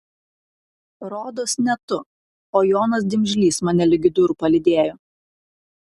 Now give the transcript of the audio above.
rodos ne tu o jonas dimžlys mane ligi durų palydėjo